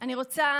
אני רוצה,